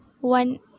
one